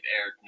aired